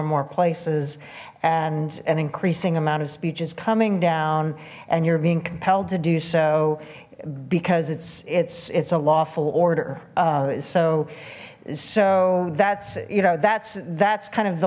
and more places and an increasing amount of speech is coming down and you're being compelled to do so because it's it's it's a lawful order so so that's you know that's that's kind of